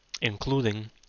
including